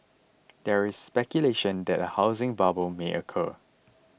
there is speculation that a housing bubble may occur